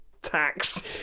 tax